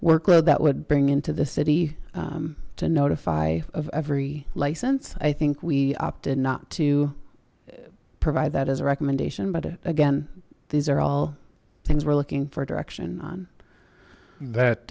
workload that would bring into the city to notify of every license i think we opted not to provide that as a recommendation but again these are all things we're looking for direction on that